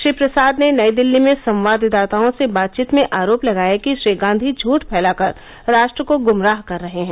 श्री प्रसाद ने नई दिल्ली में संवाददाताओं से बातचीत में आरोप लगाया कि श्री गांधी झठ फैलाकर राष्ट्र को गुमराह कर रहे हैं